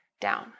down